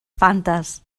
fantes